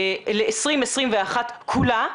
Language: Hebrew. ל-2021 כולה,